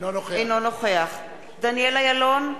אינו נוכח דניאל אילון,